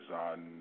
on